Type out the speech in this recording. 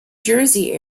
jersey